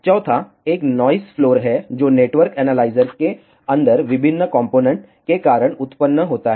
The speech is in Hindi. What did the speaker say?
चौथा एक नॉइस फ्लोर है जो नेटवर्क एनालाइजर के अंदर विभिन्न कॉम्पोनेन्ट के कारण उत्पन्न होता है